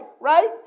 right